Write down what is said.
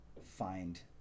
find